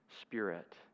spirit